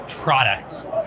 product